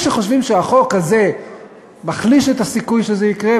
יש שחושבים שהחוק הזה מחליש את הסיכוי שזה יקרה,